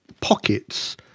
pockets